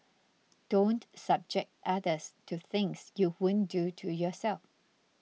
don't subject others to things you won't do to yourself